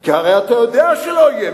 כי הרי אתה יודע שלא יהיה,